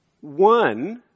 One